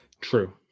True